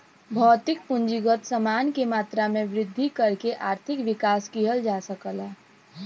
भौतिक पूंजीगत समान के मात्रा में वृद्धि करके आर्थिक विकास किहल जा सकला